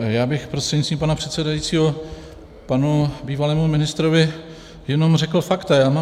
Já bych prostřednictvím pana předsedajícího panu bývalému ministrovi jenom řekl fakta.